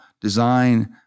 design